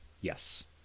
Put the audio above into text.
Yes